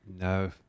No